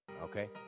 Okay